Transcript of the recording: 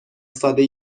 ساده